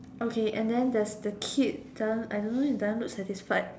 okay and then there's a kid doesn't I don't know he doesn't look satisfied